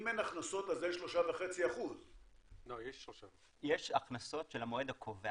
אם אין הכנסות אז אין 3.5%. יש הכנסות של המועד הקובע,